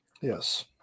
yes